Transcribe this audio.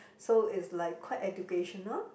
so it's like quite educational